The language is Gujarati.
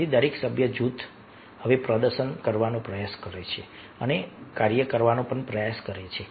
તેથી દરેક સભ્ય જૂથ હવે પ્રદર્શન કરવાનો પ્રયાસ કરે છે અને કાર્ય કરવાનો પ્રયાસ કરે છે